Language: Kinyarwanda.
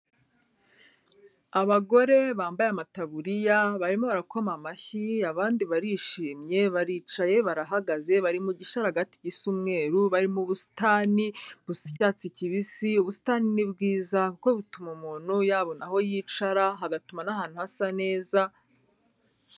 Abagore bambaye amataburiya barimo barakoma amashyi abandi barishimye baricaye, barahagaze, bari mu gisharagati gisa umweru, bari mu busitani busa icyatsi kibisi, ubusitani ni bwiza kuko butuma umuntu yabona aho yicara hagatuma n'ahantu hasa neza.